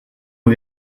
aux